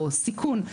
או סיכון,